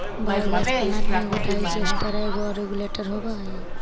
biogas plant में एगो digester आउ एगो रेगुलेटर होवऽ हई